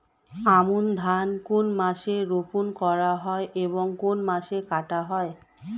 আমন ধান কোন মাসে রোপণ করা হয় এবং কোন মাসে কাটা হয়?